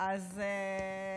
אני